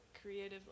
creative